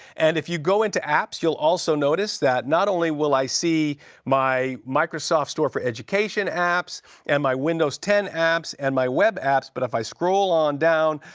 and if you go into apps, you will also notice that not only will i see my microsoft store for education apps and my windows ten apps and my web apps, but if i scroll on down,